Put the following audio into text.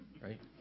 right